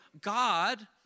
God